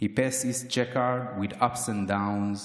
His past is checkered, with ups and downs.